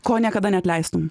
ko niekada neatleistum